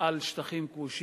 על שטחים כבושים,